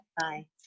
Bye